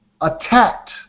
attacked